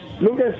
Lucas